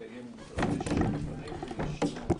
שמתקיים ומתרגש בפנינו.